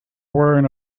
wearing